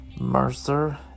Mercer